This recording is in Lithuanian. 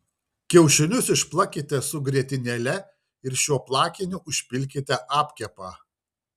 kiaušinius išplakite su grietinėle ir šiuo plakiniu užpilkite apkepą